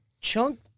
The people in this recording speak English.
chunk